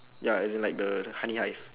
ya as in like the honey hive